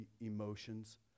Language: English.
emotions